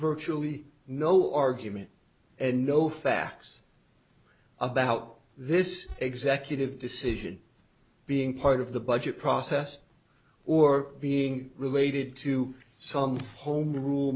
virtually no argument and no facts about this executive decision being part of the budget process or being related to some home rule